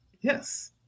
Yes